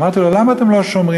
אמרתי לו: למה אתם לא שומרים?